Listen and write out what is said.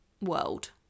world